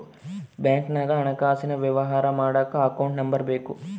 ಬ್ಯಾಂಕ್ನಾಗ ಹಣಕಾಸಿನ ವ್ಯವಹಾರ ಮಾಡಕ ಅಕೌಂಟ್ ನಂಬರ್ ಬೇಕು